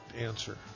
answer